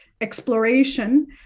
exploration